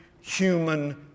human